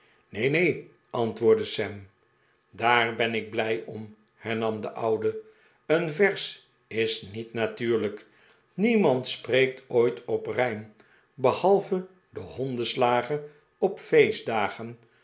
neen neen antwoordde sam daar ben ik blij om hernam de oude een vers is niet natuurlijk niemand spreekt ooit op rijm behalve de hondenslager op feestdagen